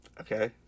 Okay